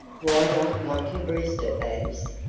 why not monty brewster, babs?